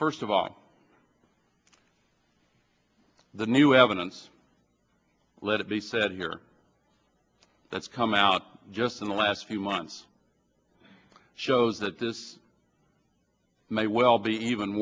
first of all the new evidence let it be said here that's come out just in the last few months shows that this may well be even